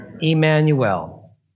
Emmanuel